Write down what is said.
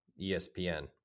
ESPN